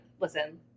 listen